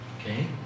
Okay